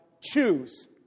choose